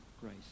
grace